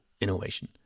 innovation